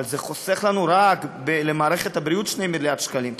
אבל רק למערכת הבריאות זה חוסך 2 מיליארד שקלים.